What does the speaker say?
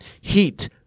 Heat